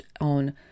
on